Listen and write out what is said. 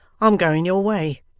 i'm going your way.